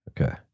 Okay